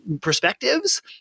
perspectives